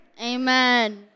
Amen